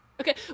Okay